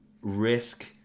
risk